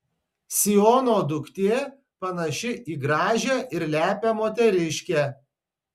siono duktė panaši į gražią ir lepią moteriškę